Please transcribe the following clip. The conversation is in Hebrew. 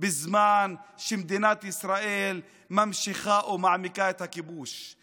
בזמן שמדינת ישראל ממשיכה או מעמיקה את הכיבוש?